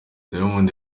diamond